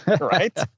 right